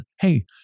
hey